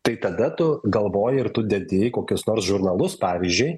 tai tada tu galvoji ir tu dedi į kokius nors žurnalus pavyzdžiui